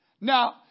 Now